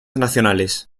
nacionales